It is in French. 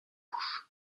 rouge